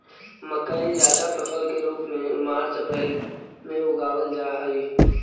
मकई जायद फसल के रूप में मार्च अप्रैल में उगावाल जा हई